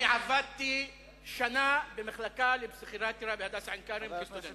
אני עבדתי שנה במחלקה לפסיכיאטריה ב"הדסה עין-כרם" כסטודנט.